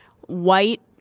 white